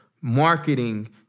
marketing